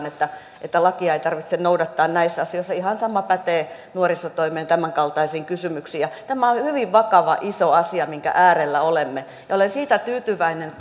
että että lakia ei tarvitse noudattaa näissä asioissa ihan sama pätee nuorisotoimen tämän kaltaisiin kysymyksiin tämä on hyvin vakava iso asia mikä äärellä olemme olen siitä tyytyväinen